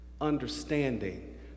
understanding